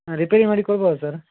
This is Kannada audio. ರಿಪೇರಿ ಮಾಡಿ ಕೊಡ್ಬೋದಾ ಸರ್ರ